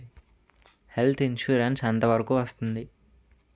Health insurance ఎంత వరకు వస్తుంది?